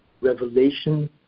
revelation